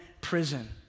prison